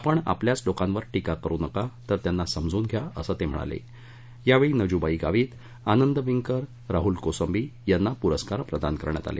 आपण आपल्याचं लोकांवर टीका करु नका तर त्यांना समजून घ्या असं ते म्हणाले यावेळी नजुबाई गावित आंनद विंगकर राहुल कोसंबी यांना पुरस्कार प्रदान करण्यात आले